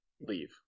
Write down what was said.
leave